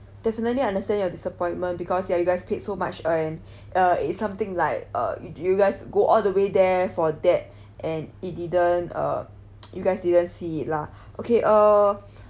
definitely understand your disappointment because ya you guys paid so much and uh it's something like uh you~ you guys go all the way there for that and it didn't uh you guys didn't see it lah okay uh